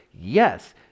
Yes